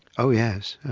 oh yes,